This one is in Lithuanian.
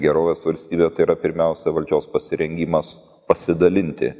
gerovės valstybė tai yra pirmiausia valdžios pasirengimas pasidalinti